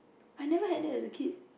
I never have that as a kid